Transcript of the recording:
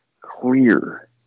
clear